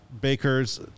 bakers